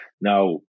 Now